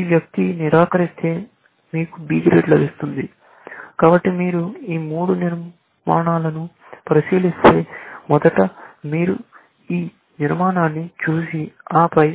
ఈ వ్యక్తి నిరాకరిస్తే మీకు B గ్రేడ్ లభిస్తుంది కాబట్టి మీరు ఈ మూడు నిర్మాణాలను పరిశీలిస్తే మొదట మీరు మీ నిర్ణయాన్ని చూసి ఆపై